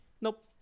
Nope